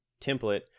template